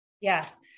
Yes